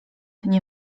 nie